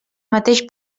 mateix